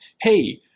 hey